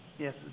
Yes